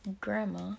grandma